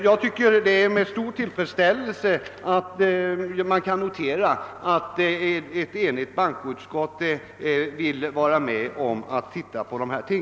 Jag anser att man med stor tillfredsställelse kan notera att ett enigt bankoutskott vill vara med om att se över dessa ting.